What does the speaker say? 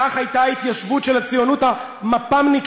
כך הייתה ההתיישבות של הציונות המפ"מניקית,